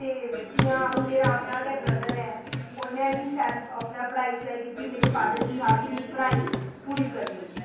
ते जियां हून मेरा अपना गै ब्रदर ऐ उन्नै बी शैल अपने पढ़ाई शढ़ाई कीती मेरे फादर गी एह् हा कि नेईं पढ़ाई पूरी करनी